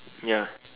ya